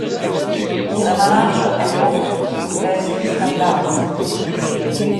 samarančo epocha garsi ir skandalais